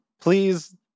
please